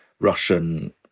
Russian